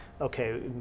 okay